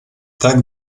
tak